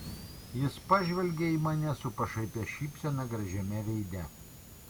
jis pažvelgė į mane su pašaipia šypsena gražiame veide